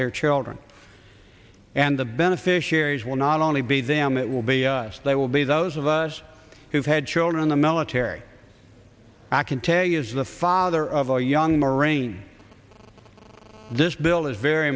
their children and the beneficiaries will not only be them it will be they will be those of us who've had children in the military i can tell you as the father of a young marine this bill is very